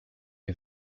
you